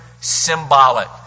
symbolic